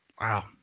Wow